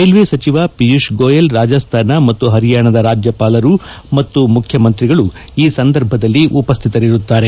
railway ಸಚಿವ ಪಿಯೂಷ್ ಗೋಯಲ್ ರಾಜಸ್ತಾನ ಮತ್ತು ಹರಿಯಾಣದ ರಾಜ್ಯಪಾಲರು ಮತ್ತು ಮುಖ್ಯಮಂತ್ರಿಗಳು ಈ ಸಂದರ್ಭದಲ್ಲಿ ಉಪಸ್ಥಿತರಿರುತ್ತಾರೆ